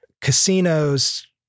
casinos